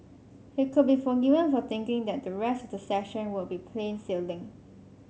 he could be forgiven for thinking that the rest of the session would be plain sailing